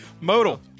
Modal